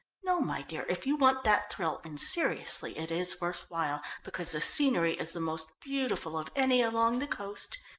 no, my dear, if you want that thrill, and, seriously, it is worth while, because the scenery is the most beautiful of any along the coast,